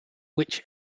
which